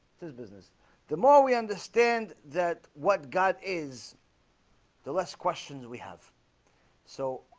this business the more we understand that what god is the less questions we have so